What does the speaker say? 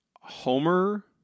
Homer